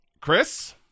Chris